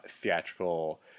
theatrical